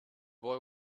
boy